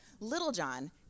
Littlejohn